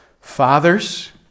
Fathers